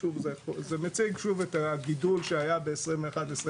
זה מציג שוב את הגידול שהיה ב-2021-2022,